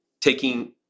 taking